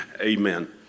Amen